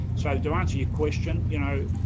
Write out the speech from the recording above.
so, to answer your question, you know,